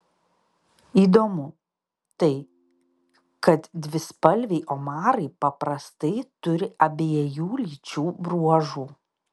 įdomu tai kad dvispalviai omarai paprastai turi abiejų lyčių bruožų